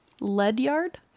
Ledyard